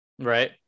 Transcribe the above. Right